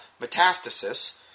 Metastasis